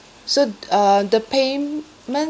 so t~ uh the payment